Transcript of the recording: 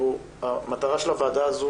המטרה של הוועדה הזו